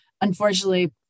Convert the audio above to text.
unfortunately